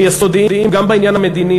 ויסודיים גם בעניין המדיני.